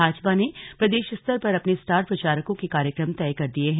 भाजपा ने प्रदेशस्तर पर अपने स्टार प्रचारकों के कार्यक्रम तय कर दिये हैं